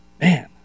Man